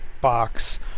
box